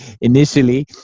initially